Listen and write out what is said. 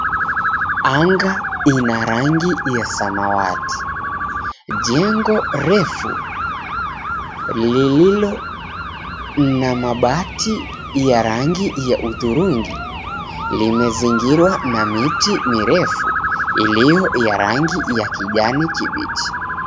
Anga ina rangi ya samawati. Jengo refu lililo na mabati ya rangi ya hudhurungi limezingirwa na miti mirefu ilio ya rangi ya kijani kibichi.